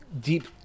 deep